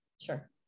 Sure